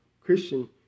Christian